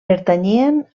pertanyien